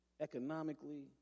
economically